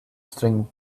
string